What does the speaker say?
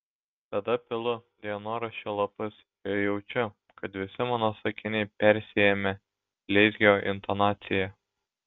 tada pilu dienoraščio lapus ir jaučiu kad visi mano sakiniai persiėmę bleizgio intonacija